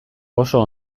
oso